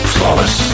Flawless